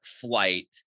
flight